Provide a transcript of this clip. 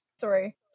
Sorry